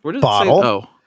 bottle